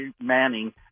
Manning